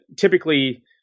typically